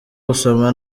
gusoma